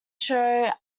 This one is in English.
show